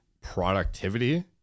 productivity